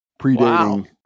predating